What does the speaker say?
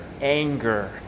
anger